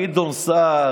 גדעון סער,